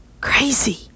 Crazy